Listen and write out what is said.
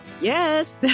yes